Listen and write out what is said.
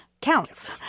counts